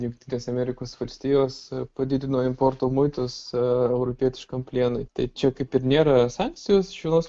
jungtinės amerikos valstijos padidino importo muitus ee europietiškam plienui tai čia kaip ir nėra sankcijos iš vienos